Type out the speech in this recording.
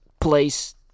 place